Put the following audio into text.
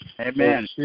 Amen